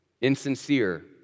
insincere